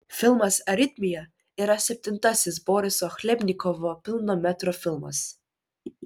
filmas aritmija yra septintasis boriso chlebnikovo pilno metro filmas